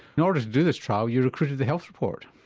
sort of do this trial you recruited the health report.